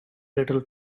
little